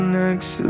next